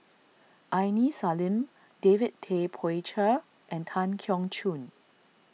Aini Salim David Tay Poey Cher and Tan Keong Choon